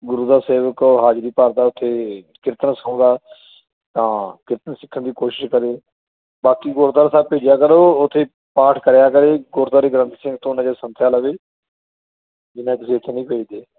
ਗੁਰੂ ਦਾ ਸੇਵਕ ਹਾਜਰੀ ਭਰਦਾ ਉੱਥੇ ਕੀਰਤਨ ਸਿਖਾਉਂਦਾ ਤਾਂ ਕੀਰਤਨ ਸਿੱਖਣ ਦੀ ਕੋਸ਼ਿਸ਼ ਕਰੇ ਬਾਕੀ ਗੁਰਦੁਆਰਾ ਸਾਹਿਬ ਭੇਜਿਆ ਕਰੋ ਉੱਥੇ ਪਾਠ ਕਰਿਆ ਕਰੇ ਗੁਰਦੁਆਰੇ ਗ੍ਰੰਥੀ ਸਿੰਘ ਤੋਂ ਨਜਰ ਸੰਥਿਆ ਲਵੇ ਜਿੰਨਾਂ ਚਿਰ ਤੁਸੀਂ ਇੱਥੇ ਨਹੀਂ ਭੇਜਦੇ